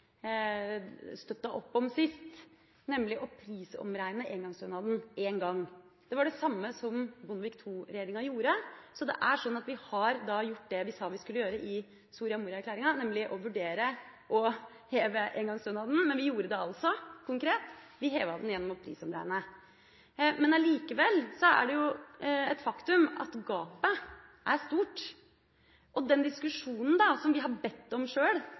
opp om, sist gjorde – nemlig å prisomregne engangsstønaden én gang. Det var det samme som Bondevik II-regjeringa gjorde. Vi har da gjort det vi sa i Soria Moria-erklæringa – nemlig å vurdere å heve engangsstønaden. Vi gjorde det altså konkret – vi hevet den gjennom å prisomregne. Likevel er det et faktum at gapet er stort. Den diskusjonen har vi bedt om sjøl